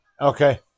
Okay